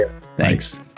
thanks